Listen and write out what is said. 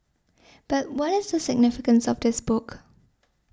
but what is the significance of this book